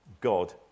God